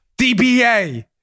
DBA